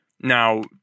Now